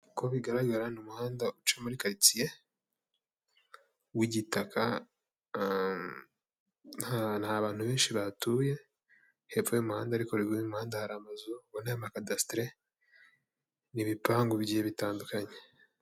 Uko bigaragara ni umuhanda uca muri quartier w'igitaka, nta bantu benshi bahatuye hepfo y'umuhanda ariko haruguru y'umuhanda hari amazu ubona y'amacadastre n'ibipangu bigiye bitandukanye.